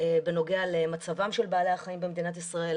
בנוגע למצבם של בעלי החיים במדינת ישראל,